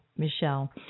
Michelle